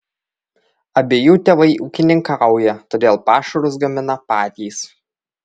abiejų tėvai ūkininkauja todėl pašarus gamina patys